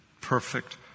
Perfect